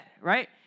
right